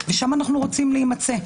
ושם אנחנו רוצים להימצא.